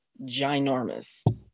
ginormous